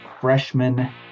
freshman